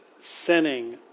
sinning